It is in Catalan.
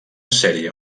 sèrie